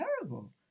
terrible